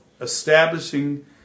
establishing